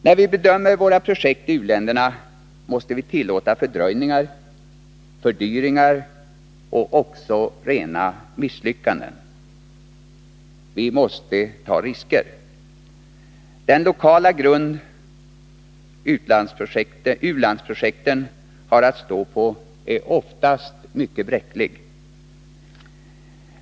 När vi bedömer våra projekt i u-länderna måste vi tillåta fördröjningar, fördyringar och också rena misslyckanden. Vi måste ta risker. Den lokala grund dessa projekt har att stå på är oftast mycket bräcklig.